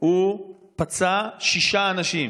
פצע שישה אנשים.